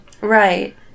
Right